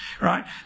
right